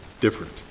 different